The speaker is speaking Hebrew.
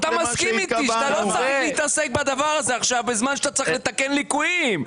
אתה לא צריך להתעסק בדבר הזה עכשיו בזמן שאתה צריך לתקן ליקויים.